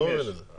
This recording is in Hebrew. אני לא מבין את זה.